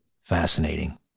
Fascinating